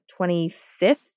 25th